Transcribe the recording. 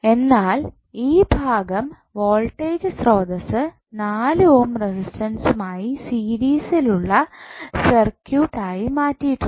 എന്നാൽ ഈ ഭാഗം വോൾട്ടേജ് സ്രോതസ്സ് 4 ഓം റെസിസ്റ്റൻസുമായി സീരീസിലുള്ള സർക്യൂട്ട് ആയി മാറ്റിയിട്ടുള്ളത്